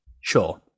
Sure